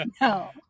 No